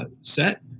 set